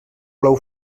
plou